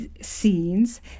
scenes